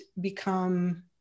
become